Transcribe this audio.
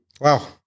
Wow